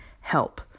Help